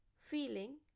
feeling